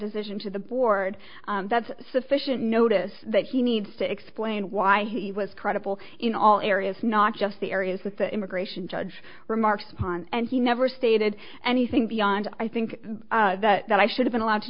decision to the board that's sufficient notice that he needs to explain why he was credible in all areas not just the areas with the immigration judge remarked on and he never stated anything beyond i think that i should have been allowed to